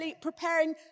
preparing